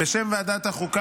ועדת החוקה,